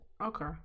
Okay